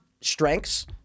strengths